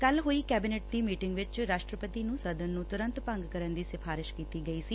ਕੱਲ੍ਹ ਹੋਈ ਕੈਬਨਿਟ ਦੀ ਮੀਟਿੰਗ ਵਿਚ ਰਾਸਟਰਪਤੀ ਨੁੰ ਸਦਨ ਨੁੰ ਤੁਰੰਤ ਭੰਗ ਕਰਨ ਦੀ ਸਿਫਾਰਿਸ਼ ਕੀਤੀ ਗਈ ਸੀ